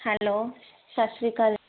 hello ਸਤਿ ਸ਼੍ਰੀ ਅਕਾਲ